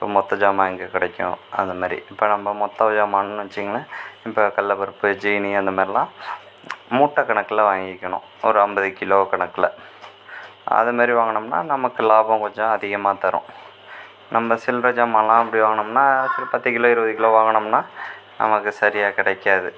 இப்போ மொத்த ஜாமான் எங்கே கிடைக்கும் அந்த மாதிரி இப்போ நம்ம மொத்த ஜாமான்னு வச்சிங்களேன் இப்போ கடலப்பருப்பு சீனி அந்தமேரிலாம் மூட்டை கணக்கில் வாங்கிக்கணும் ஒரு ஐம்பது கிலோ கணக்கில் அது மாதிரி வாங்கினோம்னா நமக்கு லாபம் கொஞ்சம் அதிகமாக தரும் நம்ம சில்ரை ஜாமான்லாம் அப்படி வாங்கினோம்னா சரி பத்து கிலோ இருபது கிலோ வாங்கினோம்னா நமக்கு சரியாக கிடைக்காது